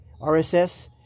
RSS